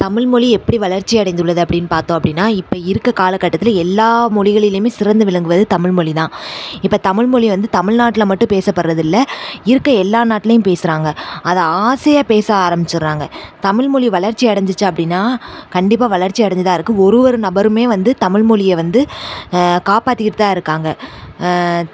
தமிழ் மொழி எப்படி வளர்ச்சி அடைந்துள்ளது அப்படின் பார்த்தோம் அப்படினா இப்போ இருக்க காலகட்டத்தில் எல்லா மொழிகளிலுமே சிறந்து விளங்குவது தமிழ் மொழிதான் இப்போ தமிழ் மொழி வந்து தமிழ்நாட்டில் மட்டும் பேசப்படுறதில்ல இருக்க எல்லா நாட்டிலயும் பேசுகிறாங்க அதை ஆசையாக பேச ஆரம்பிச்சுட்றாங்க தமிழ் மொழி வளர்ச்சி அடைஞ்சிச்சி அப்படினா கண்டிப்பாக வளர்ச்சி அடைஞ்சிதான் இருக்குது ஒரு ஒரு நபருமே வந்து தமிழ் மொழியை வந்து காப்பாற்றிக்கிட்டுதான் இருக்காங்க